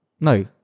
No